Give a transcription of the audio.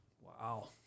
Wow